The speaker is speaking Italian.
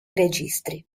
registri